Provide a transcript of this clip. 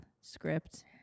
Script